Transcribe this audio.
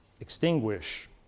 Extinguish